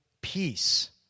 peace